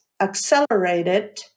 accelerated